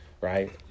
Right